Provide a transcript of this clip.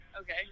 Okay